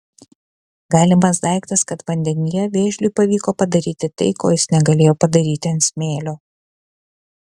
galimas daiktas kad vandenyje vėžliui pavyko padaryti tai ko jis negalėjo padaryti ant smėlio